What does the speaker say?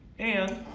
and,